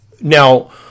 now